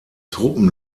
truppen